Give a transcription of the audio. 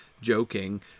joking